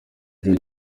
joe